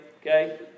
okay